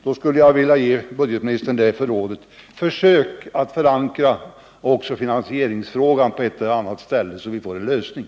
Då skulle jag vilja ge budgetministern rådet: Försök att förankra också finansieringsfrågan på ett eller annat ställe, så att vi får en lösning.